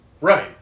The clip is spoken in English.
Right